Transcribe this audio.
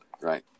Right